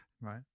right